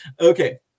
Okay